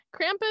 Krampus